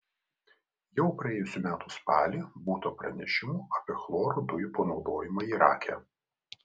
jau praėjusių metų spalį būta pranešimų apie chloro dujų panaudojimą irake